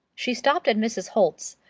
she stopped at mrs. holt's,